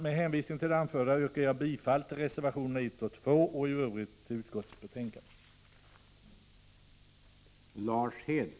Med hänvisning till det anförda yrkar jag bifall till reservationerna 1 och 2 och i övrigt till utskottets hemställan.